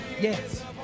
yes